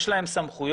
יש להם סמכויות,